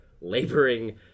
laboring